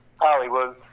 Hollywood